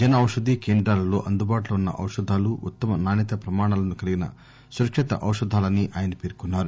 జన ఔషధీ కేంద్రాలలో అందుబాటులో ఉన్న ఔషధాలు ఉత్తమ నాణ్యతా ప్రమాణాలను కలిగిన సురక్షిత ఔషధాలని ఆయన పేర్కొన్నా రు